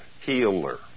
healer